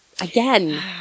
again